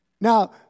Now